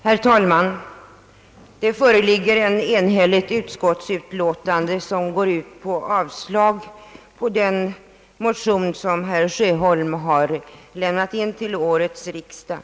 Herr talman! I ett enhälligt utskottsutlåtande yrkas avslag på den motion som herr Sjöholm har lämnat till årets riksdag.